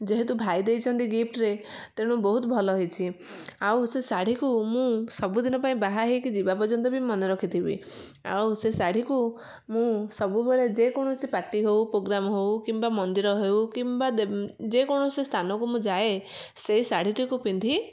ଯେହେତୁ ଭାଇ ଦେଇଛନ୍ତି ଗିଫ୍ଟ ରେ ତେଣୁ ବହୁତ ଭଲ ହେଇଛି ଆଉ ସେ ଶାଢ଼ୀକୁ ମୁଁ ସବୁଦିନ ପାଇଁ ବାହାହେଇକି ଯିବା ପର୍ଯ୍ୟନ୍ତ ବି ମନେ ରଖିଥିବି ଆଉ ସେ ଶାଢ଼ୀ କୁ ମୁଁ ସବୁବେଳେ ଯେକୌଣସି ପାର୍ଟି ହଉ ପୋଗ୍ରାମ ହଉ କିମ୍ବା ମନ୍ଦିର ହେଉ କିମ୍ବା ଦେବ ଯେ କୌଣସି ସ୍ଥାନ କୁ ମୁଁ ଯାଏ ସେ ଶାଢ଼ୀଟି କୁ ପିନ୍ଧି